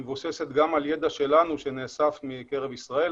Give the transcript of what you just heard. שמבוססת גם על ידע שלנו שנאסף מקרב ישראל,